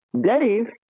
Dave